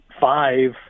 five